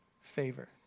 favor